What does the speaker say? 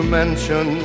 mention